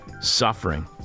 suffering